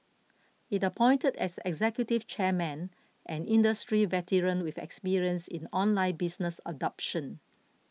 it appointed as executive chairman an industry veteran with experience in online business adoption